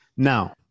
Now